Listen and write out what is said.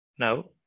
Now